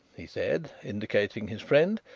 he said, indicating his friend,